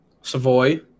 Savoy